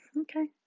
Okay